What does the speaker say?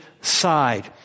side